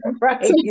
Right